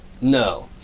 No